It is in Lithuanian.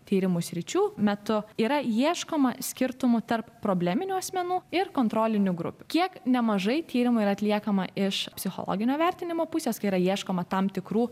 tyrimo sričių metu yra ieškoma skirtumų tarp probleminių asmenų ir kontrolinių grupių kiek nemažai tyrimų yra atliekama iš psichologinio vertinimo pusės kai yra ieškoma tam tikrų